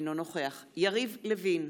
אינו נוכח יריב לוין,